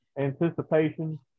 anticipation